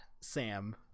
Sam